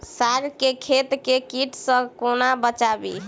साग केँ खेत केँ कीट सऽ कोना बचाबी?